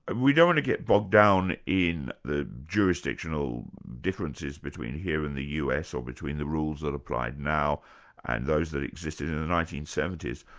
and we don't want to get bogged down in the jurisdictional differences between here and the us or between the rules that apply now and those that existed in the nineteen seventy s.